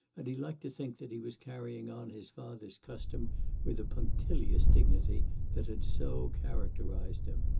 and he liked to think that he was carrying on his father's custom with the punctilious dignity that had so characterized him.